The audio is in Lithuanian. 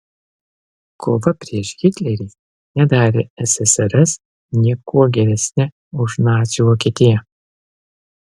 kova prieš hitlerį nedarė ssrs niekuo geresne už nacių vokietiją